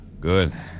Good